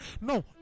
No